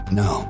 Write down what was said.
no